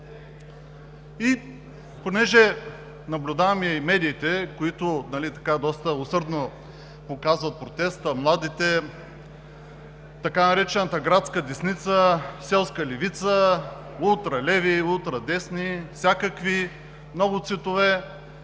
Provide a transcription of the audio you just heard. и понеже наблюдавам и медиите, които доста усърдно показват протеста – младите, така наречената градска десница, селска левица, ултралеви, ултрадесни, всякакви, много цветове,